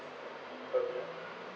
okay